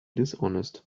dishonest